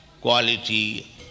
quality